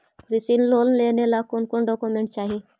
कृषि लोन लेने ला कोन कोन डोकोमेंट चाही?